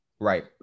Right